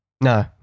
No